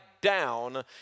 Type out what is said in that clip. down